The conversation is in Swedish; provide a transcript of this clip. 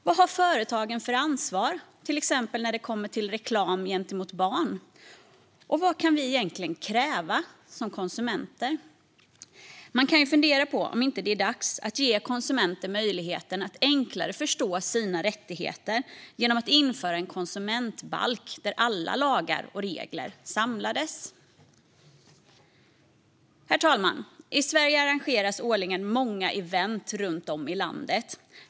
Vad har företagen för ansvar när det till exempel gäller reklam gentemot barn? Och vad kan vi som konsumenter egentligen kräva? Man kan fundera på om det inte är dags att ge konsumenter möjligheten att enklare förstå sina rättigheter genom att införa en konsumentbalk där alla lagar och regler samlas. Herr talman! I Sverige arrangeras årligen många event runt om i landet.